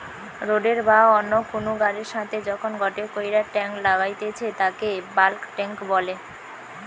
রোডের বা অন্য কুনু গাড়ির সাথে যখন গটে কইরা টাং লাগাইতেছে তাকে বাল্ক টেংক বলে